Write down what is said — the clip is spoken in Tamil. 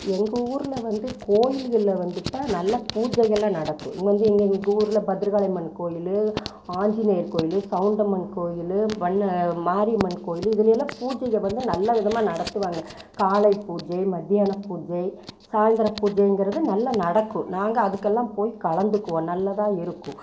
எங்கள் ஊரில் வந்து கோயில்களில் வந்துட்டா நல்லா பூஜைகளெல்லாம் நடக்கும் எங்கள் ஊரில் பத்ரகாளி அம்மன் கோவிலு ஆஞ்சிநேயர் கோவிலு சவுண்டம்மன் கோவிலு வல்ல மாரியம்மன் கோவிலு இதுலே எல்லாம் பூஜைகள் வந்து நல்ல விதமாக நடத்துவாங்க காலை பூஜை மதியானம் பூஜை சாய்ந்தர பூஜைங்கிறது நல்ல நடக்கும் நாங்கள் அதுக்கெல்லாம் போய் கலந்துக்குவோம் நல்ல தான் இருக்கும்